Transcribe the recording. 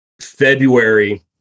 February